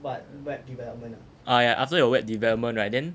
ah yeah after your web development right then